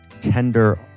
tender